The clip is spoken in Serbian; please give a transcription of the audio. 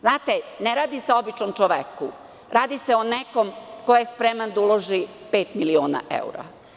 Znate, ne radi se o običnom čoveku, radi se o nekom ko je spreman da uloži pet miliona evra.